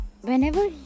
whenever